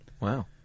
Wow